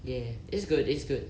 ya ya it's good it's good